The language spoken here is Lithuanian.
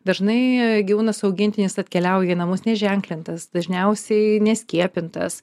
dažnai gyvūnas augintinis atkeliauja į namus neženklintas dažniausiai neskiepytas